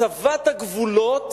הצבת הגבולות